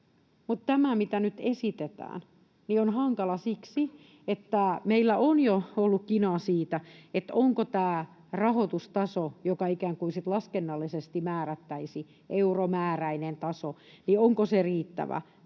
tämä, mitä nyt esitetään, on hankala siksi, että meillä on jo ollut kinaa siitä, onko tämä rahoitustaso, joka ikään kuin laskennallisesti määrättäisiin, euromääräinen taso, riittävä.